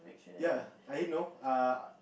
ya I didn't know uh